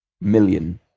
million